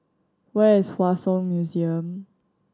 where is Hua Song Museum